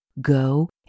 Go